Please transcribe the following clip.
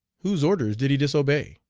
whose orders did he disobey?